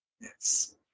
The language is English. Yes